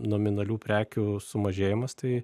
nominalių prekių sumažėjimas tai